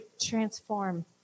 transform